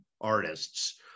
artists